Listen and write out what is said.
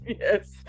Yes